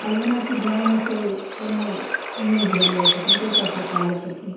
आब जेनाकि गाँवमे केओ कोनो न्यूज बनबै छथिन केओ पत्रकार छथिन